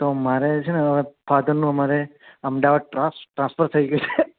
તો મારે છે ને ફાધરનું અમારે અમદાવાદમાં ટ્રાન્સ ટ્રાન્સફર થઈ ગયો છે